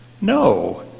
No